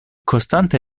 costante